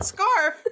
Scarf